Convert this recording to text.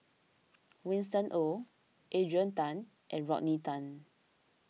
Winston Oh Adrian Tan and Rodney Tan